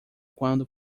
quando